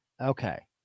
Okay